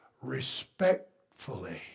respectfully